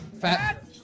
Fat